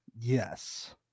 Yes